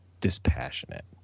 dispassionate